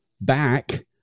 back